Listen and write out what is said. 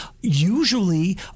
usually